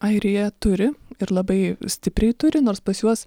airija turi ir labai stipriai turi nors pas juos